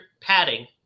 padding